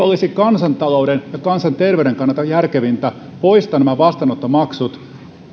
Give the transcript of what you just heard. olisi kansantalouden ja kansanterveyden kannalta järkevintä poistaa vastaanottomaksut